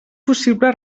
possible